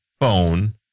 phone